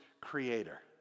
creator